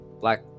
black